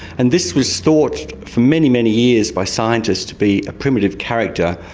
and this was thought for many, many years by scientists to be a primitive character,